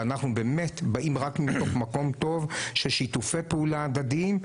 שאנחנו באמת באים רק מתוך מקום טוב של שיתופי פעולה הדדיים.